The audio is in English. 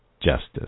justice